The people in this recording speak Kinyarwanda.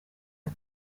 ati